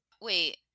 Wait